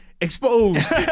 exposed